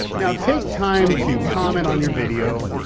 take time to comment on your video.